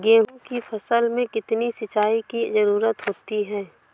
गेहूँ की फसल में कितनी सिंचाई की जरूरत होती है?